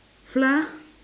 flour